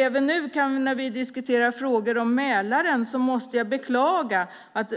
Även nu när vi diskuterar frågor om Mälaren måste jag beklaga